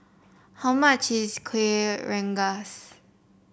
how much is Kueh Rengas